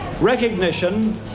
Recognition